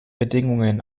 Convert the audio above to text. bedingungen